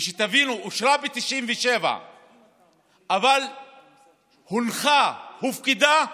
ושתבינו, היא אושרה ב-1997 אבל הונחה, הופקדה,